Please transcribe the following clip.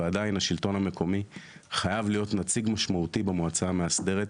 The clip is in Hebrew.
ועדיין השלטון המקומי חייב להיות נציג משמעותי במועצה המאסדרת.